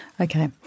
Okay